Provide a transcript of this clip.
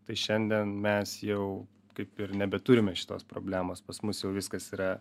tai šiandien mes jau kaip ir nebeturime šitos problemos pas mus jau viskas yra